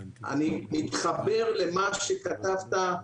אני חושב שצריך לתקף את זה להיום ובזה אני מתחבר למה שכתבת,